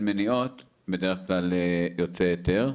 מניעות כאלה או אחרות בדרך כלל יוצא היתר.